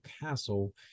castle